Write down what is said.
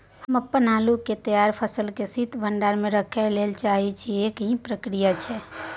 हम अपन आलू के तैयार फसल के शीत भंडार में रखै लेल चाहे छी, एकर की प्रक्रिया छै?